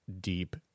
deep